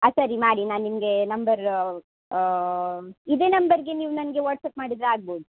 ಆಂ ಸರಿ ಮಾಡಿ ನಾನು ನಿಮಗೆ ನಂಬರ್ ಇದೇ ನಂಬರ್ಗೆ ನೀವು ನನಗೆ ವಾಟ್ಸ್ಆ್ಯಪ್ ಮಾಡಿದರೆ ಆಗ್ಬೋದು